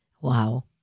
Wow